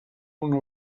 una